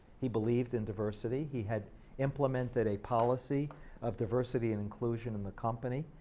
he believed in diversity. he had implemented a policy of diversity and inclusion in the company,